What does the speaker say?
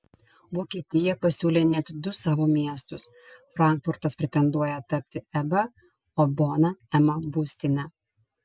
vokietija pasiūlė net du savo miestus frankfurtas pretenduoja tapti eba o bona ema būstine